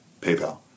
PayPal